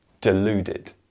deluded